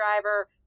driver